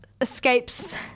escapes